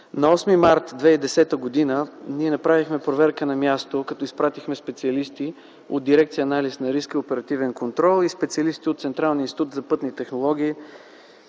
На 8 март 2010 г. ние направихме проверка на място като изпратихме специалисти от Дирекция „Анализ на риска и оперативен контрол” и специалисти от Централния институт за пътни технологии,